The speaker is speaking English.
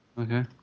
Okay